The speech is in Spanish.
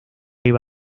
iba